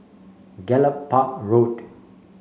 Gallop Park Road